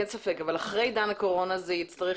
אין ספק אבל אחרי עידן הקורונה זה יצטרך